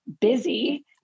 busy